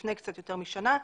לפני קצת יותר משנה.